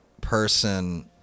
person